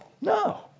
No